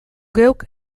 geuk